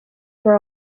for